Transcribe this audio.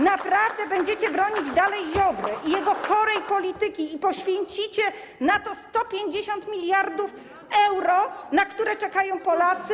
Naprawdę będziecie bronić dalej Ziobry i jego chorej polityki i poświęcicie na to 150 mld euro, na które czekają Polacy,